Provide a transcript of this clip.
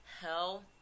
hell